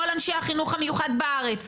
כל אנשי החינוך המיוחד בארץ,